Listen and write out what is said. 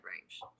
range